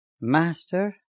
Master